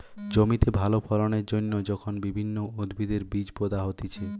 জমিতে ভালো ফলন এর জন্যে যখন বিভিন্ন উদ্ভিদের বীজ পোতা হতিছে